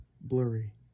blurry